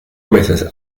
meses